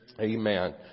Amen